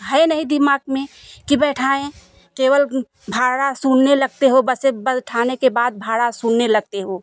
है नहीं दिमाग़ में कि बैठाएं केवल भाड़ा लगते हो बसे बैठाने के बाद भाड़ा लगते हो